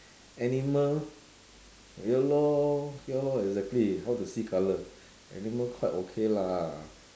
animal ya lor ya lor exactly how to see colour animal quite okay lah